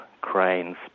cranes